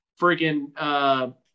freaking